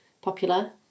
popular